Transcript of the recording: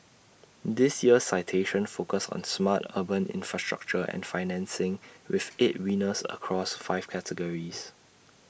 this year's citations focus on smart urban infrastructure and financing with eight winners across five categories